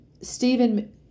Stephen